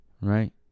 right